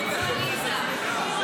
שאל אותו.